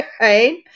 right